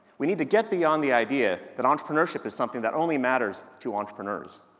we need to get beyond the idea that entrepreneurship is something that only matters to entrepreneurs.